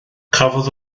cafodd